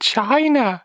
China